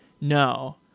No